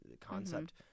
concept